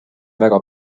väga